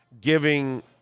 giving